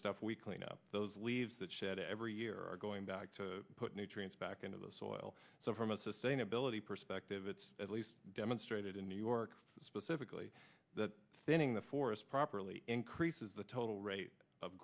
stuff we clean up those leaves that shed every year are going back to put nutrients back into the soil so from a sustainability perspective it's at least demonstrated in new york specifically that thinning the forest properly increases the total rate of